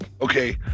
Okay